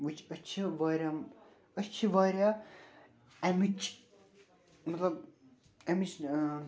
وٕچھِ أسۍ چھِ واریاہ أسۍ چھِ واریاہ اَمِچ مطلب اَمِچ